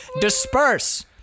disperse